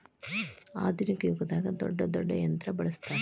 ಆದುನಿಕ ಯುಗದಾಗ ದೊಡ್ಡ ದೊಡ್ಡ ಯಂತ್ರಾ ಬಳಸ್ತಾರ